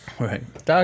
right